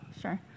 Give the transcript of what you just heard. Sure